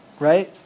right